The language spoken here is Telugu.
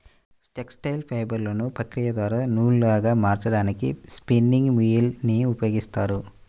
టెక్స్టైల్ ఫైబర్లను ప్రక్రియ ద్వారా నూలులాగా మార్చడానికి స్పిన్నింగ్ మ్యూల్ ని ఉపయోగిస్తారు